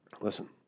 Listen